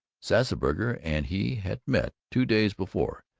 sassburger and he had met two days before,